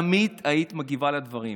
תמיד היית מגיבה על הדברים.